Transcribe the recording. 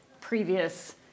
previous